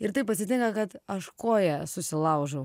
ir taip atsitinka kad aš koją susilaužau